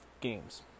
games